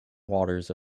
waters